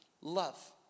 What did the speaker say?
love